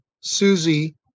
Susie